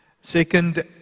Second